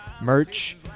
merch